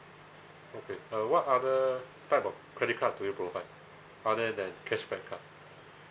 okay uh what other type of credit card do you provide other than cashback card